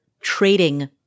trading